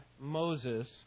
moses